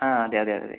ആ അതെ അതെ അതെ